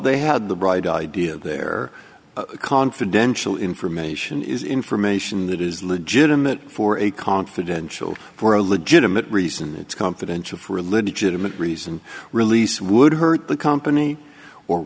they had the bright idea their confidential information is information that is legitimate for a confidential for a legitimate reason it's confidential for illegitimate reason release would hurt the company or